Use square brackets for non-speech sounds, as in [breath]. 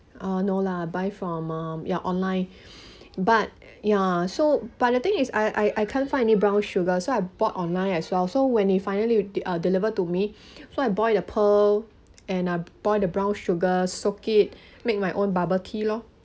uh no lah buy from uh ya online [breath] but ya so but the thing is I I can't find any brown sugar so I bought online as well so when they finally d~ deliver to me so I boil the pearl and I boil the brown sugar soak it make my own bubble tea lor